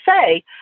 say